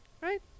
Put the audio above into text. right